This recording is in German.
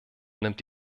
nimmt